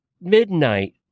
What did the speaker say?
midnight